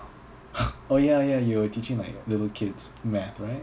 oh ya ya you're teaching like little kids math right